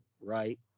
right